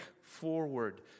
forward